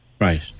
Right